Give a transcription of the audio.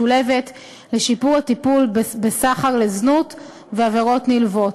משולבת לשיפור הטיפול בסחר לזנות ועבירות נלוות.